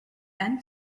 and